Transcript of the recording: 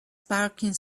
parking